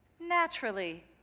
naturally